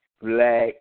black